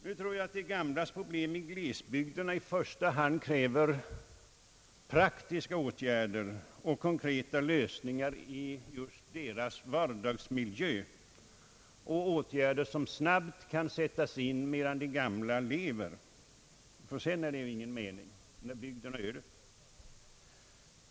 Jag tror att problemen för de gamla i glesbygderna i första hand kräver praktiska åtgärder och konkreta lösningar i människornas vardagsmiljö, åtgärder som kan sättas in snabbt — medan de gamla lever, ty sedan, när bygden är öde, är de meningslösa.